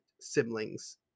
siblings